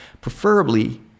Preferably